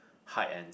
hide and